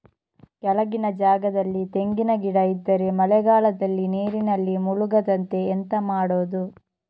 ಕೆಳಗಿನ ಜಾಗದಲ್ಲಿ ತೆಂಗಿನ ಗಿಡ ಇದ್ದರೆ ಮಳೆಗಾಲದಲ್ಲಿ ನೀರಿನಲ್ಲಿ ಮುಳುಗದಂತೆ ಎಂತ ಮಾಡೋದು?